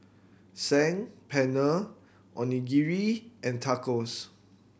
Saag Paneer Onigiri and Tacos